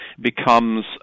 becomes